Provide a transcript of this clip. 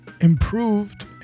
improved